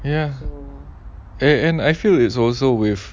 ya and I feel is also with